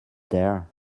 there